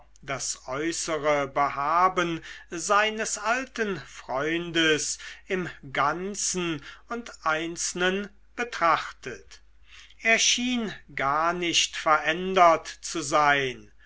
das äußere behaben seines alten freundes im ganzen und einzelnen betrachtet er schien gar nicht verändert zu sein